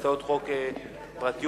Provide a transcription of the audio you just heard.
אתה בחוץ, ויש רוב מקיר לקיר.